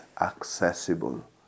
accessible